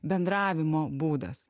bendravimo būdas